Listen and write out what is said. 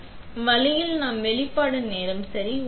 எனவே அந்த வழியில் நாம் வெளிப்பாடு நேரம் சரி